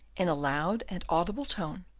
in a loud and audible tone,